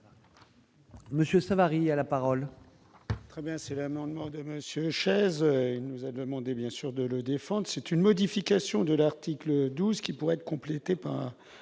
Savary à la parole.